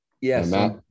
Yes